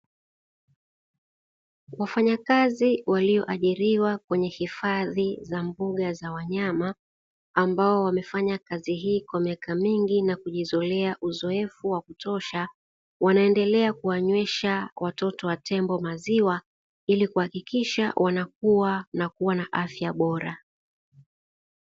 Wafanyakazi walioajiriwa kwenye hifadhi za mbuga za wanyama ambao wamefanya kazi hii kwa miaka mingi na kujizolea uzoefu wa kutosha, wanaendelea kuwanywesha watoto wa tembo maziwa, ili kuhakikisha wanakua na kuwa na afya bora.